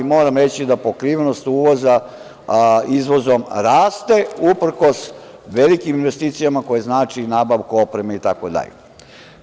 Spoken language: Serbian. Moram reći da pokrivenost uvoza izvozom raste uprkos velim investicijama koje znači nabavku opreme i tako dalje.